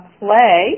play